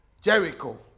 Jericho